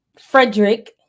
Frederick